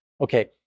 okay